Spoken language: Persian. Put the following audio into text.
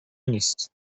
نیست